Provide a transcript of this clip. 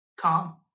calm